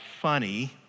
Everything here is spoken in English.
funny